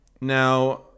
Now